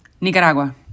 Nicaragua